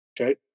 Okay